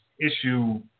issue